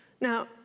now